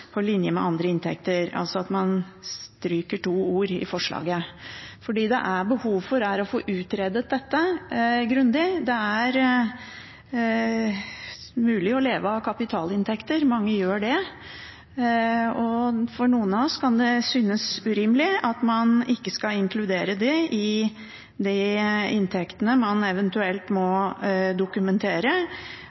på linje med andre inntekter.» Man stryker altså to ord – «og foreslå» – i forslaget, for det det er behov for, er å få utredet dette grundig. Det er mulig å leve av kapitalinntekter, mange gjør det. For noen av oss kan det synes urimelig at man ikke skal inkludere det i de inntektene man eventuelt må dokumentere,